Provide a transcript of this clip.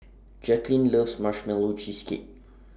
Jacalyn loves Marshmallow Cheesecake